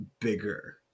bigger